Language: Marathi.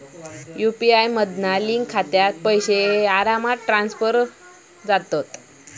यु.पी.आय मधना लिंक खात्यात पैशे आरामात ट्रांसफर होतत